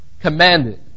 commanded